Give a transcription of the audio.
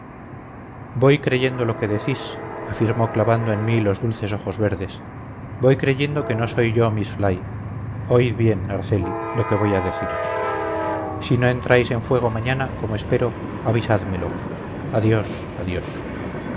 voy creyendo lo que decís afirmó clavando en mí los dulces ojos azules voy creyendo que no soy yo miss fly oíd bien araceli lo que voy a deciros si no entráis en fuego mañana como espero avisádmelo adiós adiós